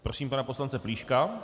Prosím pana poslance Plíška.